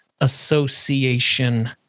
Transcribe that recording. Association